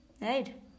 right